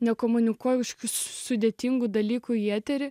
nekomunikuoja sudėtingų dalykų į eterį